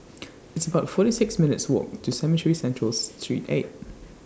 It's about forty six minutes' Walk to Cemetry Central's Street eight